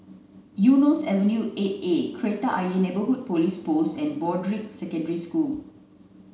Eunos Avenue eight A Kreta Ayer Neighbourhood Police Post and Broadrick Secondary School